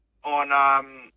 On